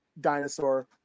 dinosaur